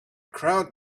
crowd